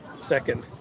second